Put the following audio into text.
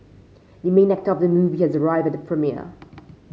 the main actor of the movie has arrived at the premiere